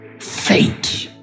faint